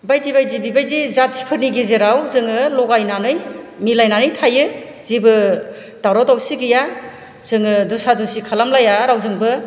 बायदि बायदि बेबादि जाथिफोरनि गेजेराव जोङो लगायनानै मिलायनानै थायो जेबो दावराव दावसि गैया जोङो दुसा दुसि खालामलाया रावजोंबो